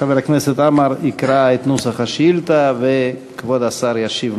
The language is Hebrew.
חבר הכנסת עמאר יקרא את נוסח השאילתה וכבוד השר ישיב לו.